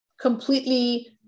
completely